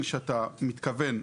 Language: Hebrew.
האפשרי.